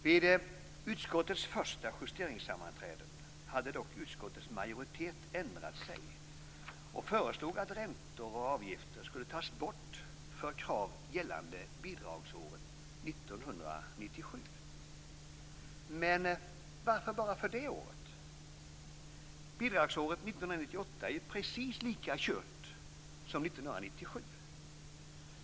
Vid utskottets första justeringssammanträde hade dock utskottets majoritet ändrat sig och föreslog att räntor och avgifter skulle tas bort på återbetalningar gällande bidragsåret 1997. Men varför bara för det året? Bidragsåret 1998 är ju precis lika kört som 1997.